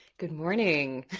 good morning!